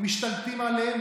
משתלטים עליהם,